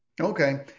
Okay